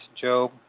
Job